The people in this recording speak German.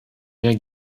mehr